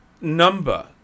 number